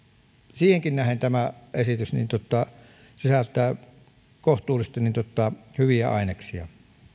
siihenkin nähden tämä esitys sisältää kohtuullisesti hyviä aineksia